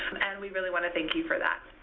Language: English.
and we really want to thank you for that.